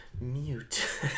Mute